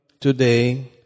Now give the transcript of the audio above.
today